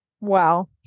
Wow